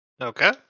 Okay